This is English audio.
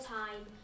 time